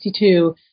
1962